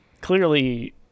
clearly